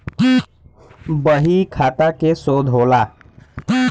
बहीखाता के शोध होला